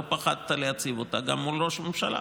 לא פחדת להציב אותה גם מול ראש ממשלה